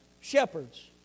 Shepherds